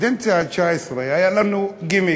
בכנסת התשע-עשרה היה לנו גימיק,